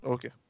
Okay